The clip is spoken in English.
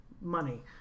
money